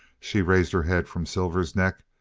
she raised her head from silver's neck,